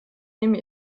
nehme